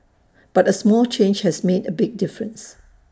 but A small change has made A big difference